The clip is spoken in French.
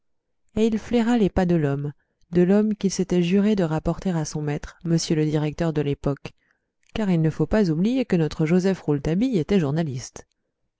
et il flaira les pas de l'homme de l'homme qu'il s'était juré de rapporter à son maître m le directeur de l'époque car il ne faut pas oublier que notre joseph rouletabille était journaliste